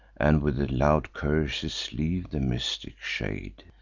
and with loud curses leave the mystic shade.